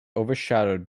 overshadowed